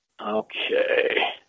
Okay